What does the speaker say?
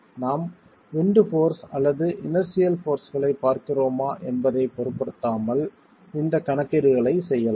நாம் wind force அல்லது inertial போர்ஸ்களைப் பார்க்கிறோமா என்பதைப் பொருட்படுத்தாமல் இந்தக் கணக்கீடுகளைச் செய்யலாம்